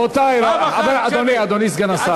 אדוני סגן השר.